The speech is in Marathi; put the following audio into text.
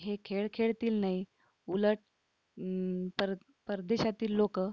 हे खेळ खेळतील नाही उलट पर परदेशातील लोक